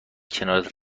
کنارت